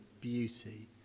beauty